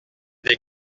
des